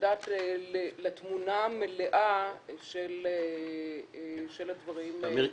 הדעת לתמונה המלאה של הדברים האלה,